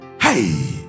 Hey